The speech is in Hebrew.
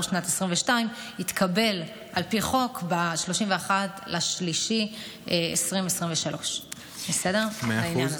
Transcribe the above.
שנת 2022. הדיווח התקבל על פי חוק ב-31 במרץ 2023. מאה אחוז.